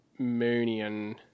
Moonian